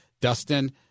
Dustin –